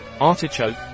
artichoke